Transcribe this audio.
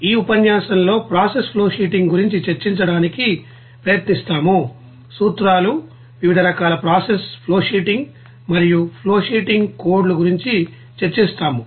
ఈ ఉపన్యాసంలో process flowsheeting గురించి చర్చించడానికి ప్రయత్నిస్తాము సూత్రాలు వివిధ రకాల ప్రాసెస్ ఫ్లోషీటింగ్ మరియు ఫ్లోషీటింగ్ కోడ్ లు గురించి చర్చిస్తాము